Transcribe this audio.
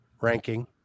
ranking